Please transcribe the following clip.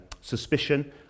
suspicion